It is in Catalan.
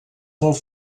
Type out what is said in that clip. molt